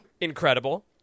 incredible